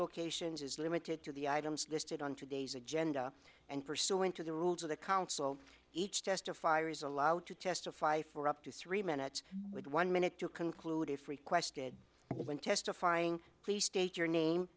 locations is limited to the items listed on today's agenda and pursuant to the rules of the counsel each testify or is allowed to testify for up to three minutes with one minute to conclude if requested when testifying please state your name